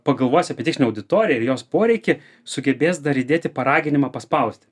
pagalvos apie tikslinę auditoriją ir jos poreikį sugebės dar įdėti paraginimą paspausti